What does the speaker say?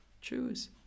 Choose